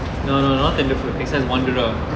no no not tenderfoot exercise wanderer